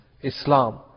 Islam